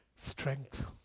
Strength